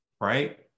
right